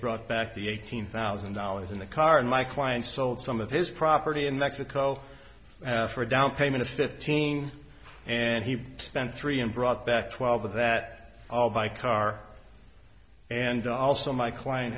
brought back the eighteen thousand dollars in the car and my client sold some of his property in mexico for a down payment of fifteen and he spent three and brought back twelve of that all by car and also my client